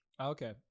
Okay